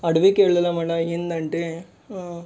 అడవికెళ్ళడం మన ఏంటంటే